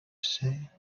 say